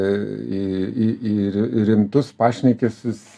į į į rimtus pašnekesius